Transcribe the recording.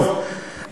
טוב,